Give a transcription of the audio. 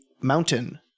mountain